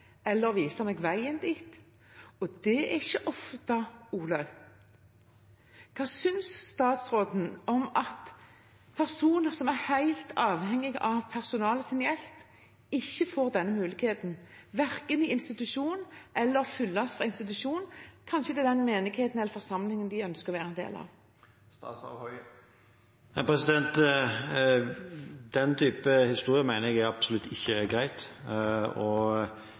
Hva synes statsråden om at personer som er helt avhengig av hjelp fra personalet, ikke får den muligheten, verken i en institusjon eller når man må følges fra en institusjon til den menigheten eller forsamlingen man ønsker å være en del av? Den typen historie mener jeg absolutt ikke er greit. En har, etter min oppfatning, en grunnleggende rettighet som pasient og